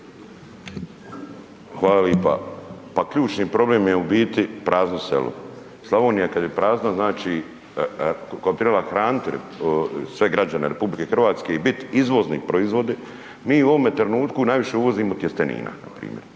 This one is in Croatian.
Hvala lipa. Pa ključni problem je u biti prazno selo. Slavonija kad je prazna znači, koja bi trebala hraniti sve građane RH i bit izvoznik proizvoda, mi u ovome trenutku najviše uvozimo tjestenina npr.,